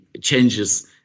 changes